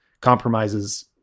compromises